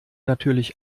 natürlich